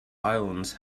islands